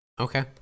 Okay